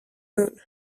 moon